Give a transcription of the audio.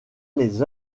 les